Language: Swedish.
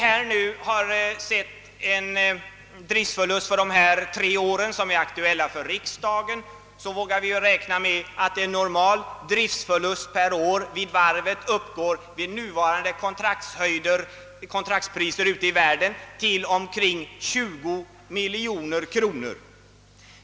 Driftsförlusten för de tre år som är aktuella för riksdagen visar att vi kan räkna med att en normal driftsförlust per år vid varvet med nuvarande kontraktspriser i världen uppgår till omkring 20 miljoner kronor.